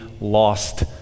lost